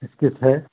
स्थिति है